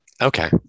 okay